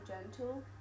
gentle